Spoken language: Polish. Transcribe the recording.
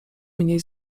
mniej